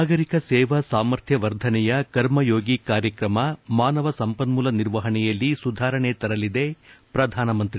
ನಾಗರಿಕ ಸೇವಾ ಸಾಮರ್ಥ್ಯ ವರ್ಧನೆಯ ಕರ್ಮಯೋಗಿ ಕಾರ್ಯಕ್ರಮ ಮಾನವ ಸಂಪನ್ಮೂಲ ನಿರ್ವಹಣೆಯಲ್ಲಿ ಸುಧಾರಣೆ ತರಲಿದೆ ಪ್ರಧಾನಮಂತ್ರಿ